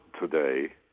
today